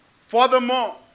Furthermore